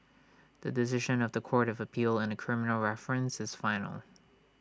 the decision of The Court of appeal in A criminal reference is final